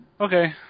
Okay